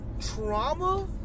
Trauma